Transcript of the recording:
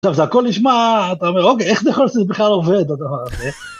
‫עכשיו, זה הכול נשמע, אתה אומר, ‫אוקיי, איך זה יכול שזה בכלל עובד, הדבר הזה?